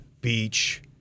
Beach